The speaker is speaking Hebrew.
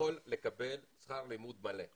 יכול לקבל שכר לימוד מלא,